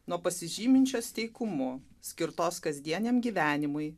nuo pasižyminčios teikumu skirtos kasdieniam gyvenimui